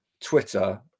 Twitter